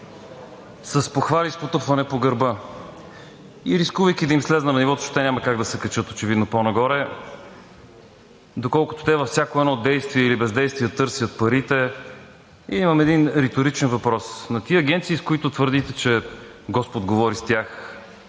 с похвали и потупване по гърба. Рискувайки да им сляза на нивото, защото те няма как да се качат, очевидно, по-нагоре. Доколкото те във всяко едно действие или бездействие търсят парите, имам един риторичен въпрос: на тези агенции, с които твърдите, че Господ говори с тях,